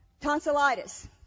tonsillitis